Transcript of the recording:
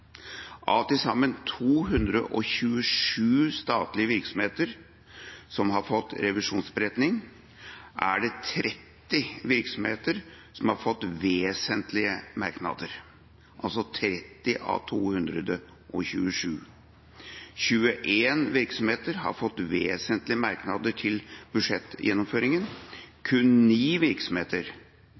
Av til sammen 227 statlige virksomheter som har fått revisjonsberetning, er det 30 virksomheter som har fått vesentlige merknader, altså 30 av 227. 21 virksomheter har fått vesentlige merknader til budsjettgjennomføringa. Kun 9 virksomheter